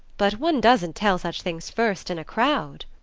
but one doesn't tell such things first in a crowd.